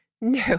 No